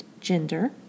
gender